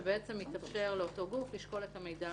שיתאפשר לאותו גוף לשקול את המידע